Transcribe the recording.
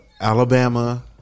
Alabama